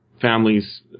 families